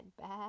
bad